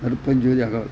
अपरञ्च जागो